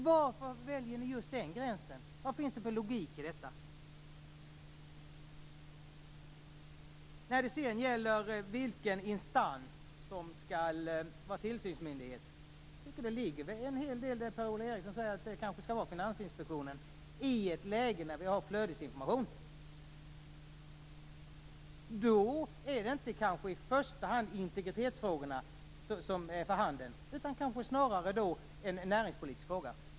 Varför väljer ni just den gränsen? Vad finns det för logik i detta? När det sedan gäller vilken instans som skall vara tillsynsmyndighet tycker jag att det ligger en hel del i det Per-Ola Eriksson säger, att det kanske skall vara Finansinspektionen, i ett läge när vi har flödesinformation. Då är det kanske inte i första hand integritetsfrågorna som är för handen utan kanske snarare en näringspolitisk fråga.